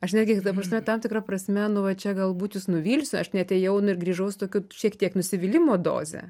aš netgi dabar tam tikra prasme nu va čia galbūt jus nuvilsiu aš neatėjau nu ir grįžau su tokiu šiek tiek nusivylimo doze